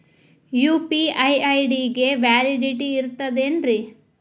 UPI ID ಗೆ validity ಇರತದ ಏನ್ರಿ?